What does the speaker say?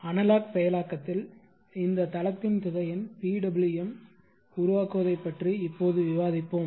analogue செயலாக்கத்தில் இந்த தளத்தின் திசையன் PWM உருவாக்குவதை பற்றி இப்போது விவாதிப்போம்